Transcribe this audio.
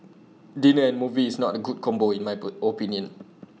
dinner and movie is not A good combo in my opinion